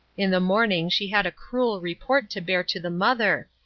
in the morning she had a cruel report to bear to the mother,